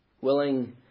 willing